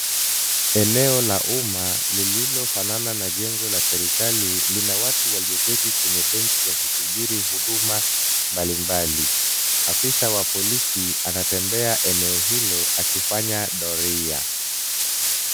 Eneo la umma lililofanana na jengo la serikali, lina watu walioketi kwenye benchi wakisubiri huduma mbalimbali. Afisa wa polisi anatembea eneo hilo akifanya doria.